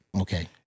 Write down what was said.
Okay